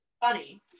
funny